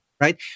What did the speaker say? right